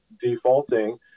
defaulting